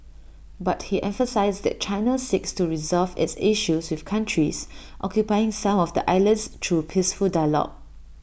but he emphasised that China seeks to resolve its issues with countries occupying some of the islands through peaceful dialogue